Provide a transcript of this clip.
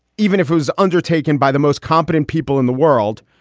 even if it was undertaken by the most competent people in the world,